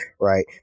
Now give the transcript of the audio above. right